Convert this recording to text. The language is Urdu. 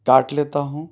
کاٹ لیتا ہوں